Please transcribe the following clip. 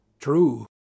True